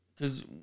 cause